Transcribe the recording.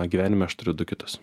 gyvenime aš turiu du kitus